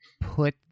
put